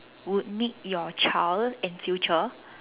would make your child in future